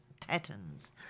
patterns